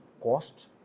Cost